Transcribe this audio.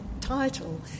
title